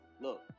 Look